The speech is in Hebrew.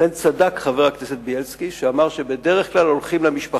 לכן צדק זאב בילסקי כשאמר שבדרך כלל הולכים למשפחה,